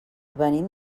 venim